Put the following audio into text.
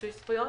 מיצוי זכויות.